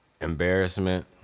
embarrassment